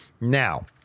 Now